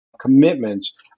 commitments